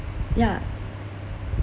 yeah